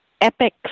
epic